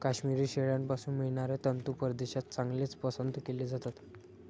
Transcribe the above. काश्मिरी शेळ्यांपासून मिळणारे तंतू परदेशात चांगलेच पसंत केले जातात